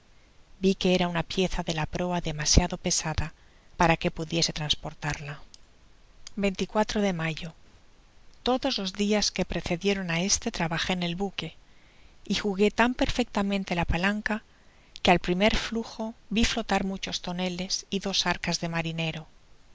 vi que era una pieza de la proa demasiado pesada para que pudiese transportarla de mayo todos los dias que precedieron á este trabajé en el buque y jugué tan perfectamente la palancar que al primer flujo vi flotar muchos toneles y dos arcas de marinero